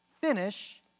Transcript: finish